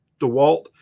dewalt